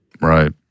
right